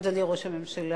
אדוני ראש הממשלה,